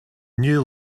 new